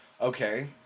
Okay